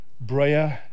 Brea